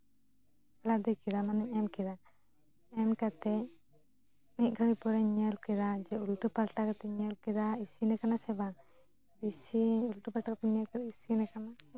ᱞᱟᱫᱮ ᱠᱮᱫᱟ ᱢᱟᱱᱮ ᱮᱢ ᱠᱮᱫᱟ ᱮᱢ ᱠᱟᱛᱮ ᱢᱤᱫ ᱜᱷᱟᱹᱲᱤᱡ ᱯᱚᱨᱮᱧ ᱧᱮᱞ ᱠᱮᱫᱟ ᱡᱮ ᱩᱞᱴᱟᱹ ᱯᱟᱞᱴᱟ ᱠᱟᱛᱮᱧ ᱧᱮᱞ ᱠᱮᱫᱟ ᱤᱥᱤᱱᱟᱠᱟᱱᱟ ᱥᱮ ᱵᱟᱝ ᱤᱥᱤᱱ ᱩᱞᱴᱟᱹ ᱯᱟᱞᱴᱟ ᱠᱟᱛᱮᱧ ᱧᱮᱞ ᱠᱮᱫᱟ ᱤᱥᱤᱱ ᱟᱠᱟᱱᱟ